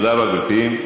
תודה רבה, גברתי.